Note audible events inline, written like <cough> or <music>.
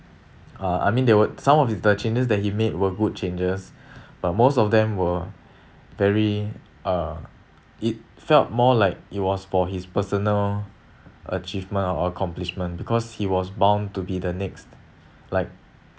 uh I mean there were some of his the changes that he made were good changes <breath> but most of them were very uh it felt more like it was for his personal achievement or accomplishment because he was bound to be the next like